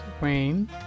Wayne